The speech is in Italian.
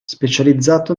specializzato